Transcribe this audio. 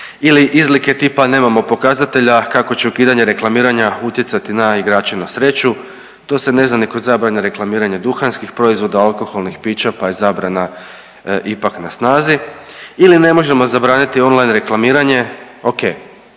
Ili izlike tipa nemamo pokazatelja kako će ukidanje reklamiranja utjecati na igrače na sreću. To se ne zna ni kod zabrane reklamiranja duhanskih proizvoda, alkoholnih pića, pa je zabrana ipak na snazi. Ili ne možemo zabraniti on-line reklamiranje.